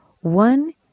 One